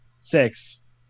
six